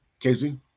Casey